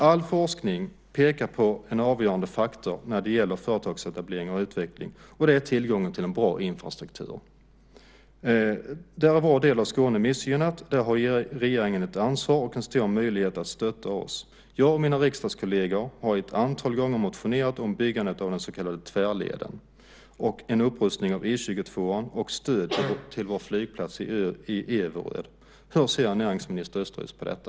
All forskning pekar på en avgörande faktor när det gäller företagsetableringar och utveckling, och det är tillgången till en bra infrastruktur. Där är vår del av Skåne missgynnad, och där har regeringen ett ansvar och en stor möjlighet att stötta oss. Jag och mina riksdagskolleger har ett antal gånger motionerat om byggandet av den så kallade tvärleden, en upprustning av E 22 och ett stöd till vår flygplats i Everöd. Hur ser näringsminister Östros på detta?